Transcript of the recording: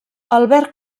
albert